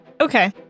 Okay